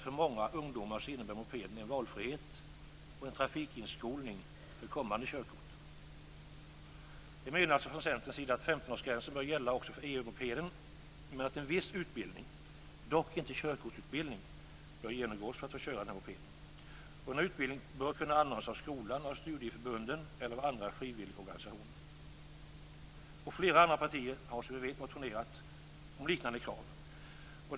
För många ungdomar innebär mopeden dessutom en valfrihet och en trafikinskolning för kommande körkort. Vi menar alltså från Centerns sida att 15 årsgränsen bör gälla även för EU-mopeden, men att en viss utbildning - dock inte körkortsutbildning - bör genomgås för att få köra EU-mopeden. Denna utbildning bör kunna anordnas av skolan, studieförbunden eller andra frivilligorganisationer. Flera andra partier har, som vi vet, motionerat om liknande krav.